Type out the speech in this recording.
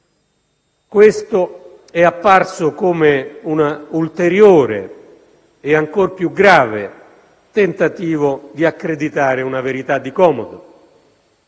Questo è apparso come un ulteriore e ancor più grave tentativo di accreditare una verità di comodo